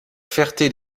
ferté